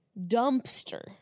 dumpster